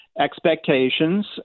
expectations